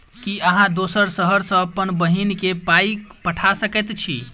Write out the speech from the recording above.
की अहाँ दोसर शहर सँ अप्पन बहिन केँ पाई पठा सकैत छी?